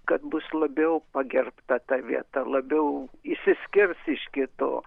kad bus labiau pagerbta ta vieta labiau išsiskirs iš kitų